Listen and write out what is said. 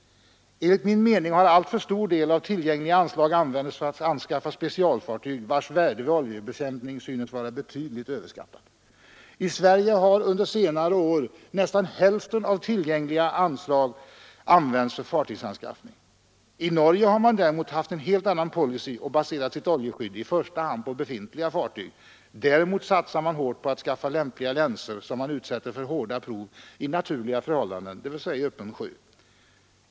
Enligt min mening har alltför stor del av tillgängliga anslag använts för att anskaffa specialfartyg, vilkas värde vid oljebekämpning synes vara betydligt överskattat. I Sverige har under senare år nästan hälften av de tillgängliga anslagen använts för fartygsanskaffning. I Norge har man däremot haft en helt annan policy och baserat sitt oljeskydd i första hand på befintliga fartyg. Däremot satsar man hårt på att skaffa lämpliga länsor, som man utsätter för hårda prov i naturliga förhållanden, dvs. i öppen sjö.